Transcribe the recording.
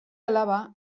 alaba